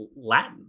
latin